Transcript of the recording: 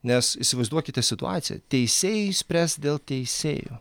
nes įsivaizduokite situaciją teisėjai spręs dėl teisėjų